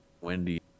Wendy